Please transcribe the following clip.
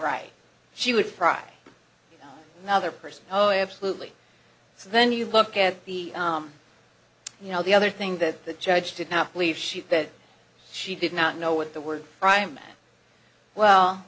right she would cry now other person oh absolutely so then you look at the you know the other thing that the judge did not believe she said she did not know what the word crime well